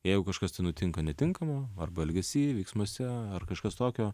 jeigu kažkas tai nutinka netinkamo arba elgesy veiksmuose ar kažkas tokio